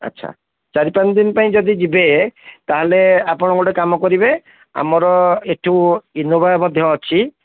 ଆଚ୍ଛା ଚାରି ପାଞ୍ଚ ଦିନ ପାଇଁ ଯଦି ଯିବେ ତା'ହେଲେ ଆପଣ ଗୋଟେ କାମ କରିବେ ଆମର ଏଇଠୁ ଇନୋଭା ମଧ୍ୟ ଅଛି